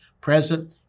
present